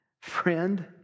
friend